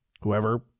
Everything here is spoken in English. whoever